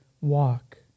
walk